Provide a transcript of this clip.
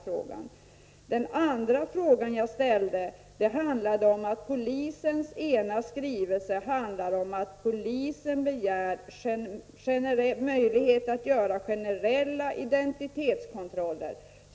Den andra frågan jag ställde handlade om att polisens ena skrivelse innehåller att polisen begär möjlighet att göra generella identitetskontroller.